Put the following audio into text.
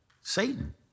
Satan